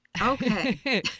Okay